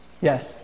Yes